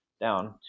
down